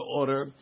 order